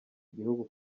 igihugu